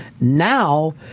Now